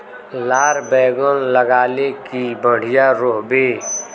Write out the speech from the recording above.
लार बैगन लगाले की बढ़िया रोहबे?